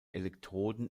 elektroden